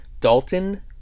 Dalton